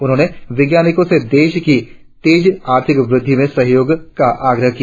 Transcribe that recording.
उन्होंने वैज्ञानिक से देश की तेज आर्थिक वृद्धि में सहयोग का आग्रह किया